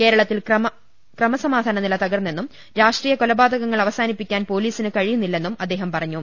കേര ളത്തിൽ ക്രമസമാധാനനില തകർന്നെന്നും രാഷ്ട്രീയ കൊലപാ തകങ്ങൾ അവസാനിപ്പിക്കാൻ പോലീസിന് കഴിയുന്നില്ലെന്നും അദ്ദേഹം പറഞ്ഞു